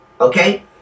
Okay